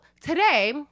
today